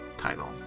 title